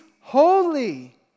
holy